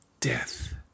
death